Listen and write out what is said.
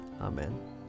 Amen